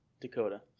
Dakota